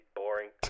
boring